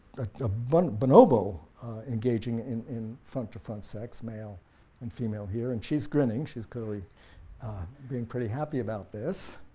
a but bonobo engaging in in front to front sex, male and female here, and she's grinning. she's clearly being pretty happy about this,